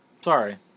Sorry